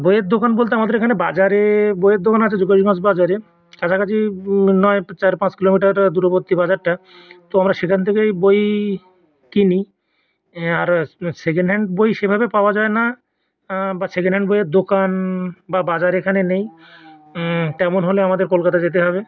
বইয়ের দোকান বলতে আমাদের এখানে বাজারে বইয়ের দোকান আছে যোগেশগঞ্জ বাজারে কাছাকাছি নয় চার পাঁচ কিলোমিটার দূরবর্তী বাজারটা তো আমরা সেখান থেকেই বই কিনি আর সেকেন্ড হ্যান্ড বই সেভাবে পাওয়া যায় না বা সেকেন্ড হ্যান্ড বইয়ের দোকান বা বাজার এখানে নেই তেমন হলে আমাদের কলকাতা যেতে হবে